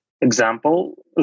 example